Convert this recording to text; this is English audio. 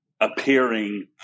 appearing